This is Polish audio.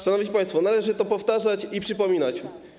Szanowni państwo, należy to powtarzać i przypominać.